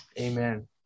Amen